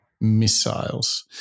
missiles